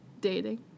Dating